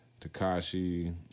Takashi